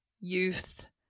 youth